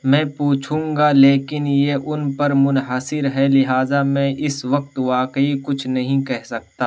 میں پوچھوں گا لیکن یہ ان پر منحصر ہے لہٰذا میں اس وقت واقعی کچھ نہیں کہہ سکتا